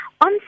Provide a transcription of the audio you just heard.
On